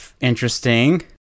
interesting